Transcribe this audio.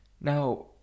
Now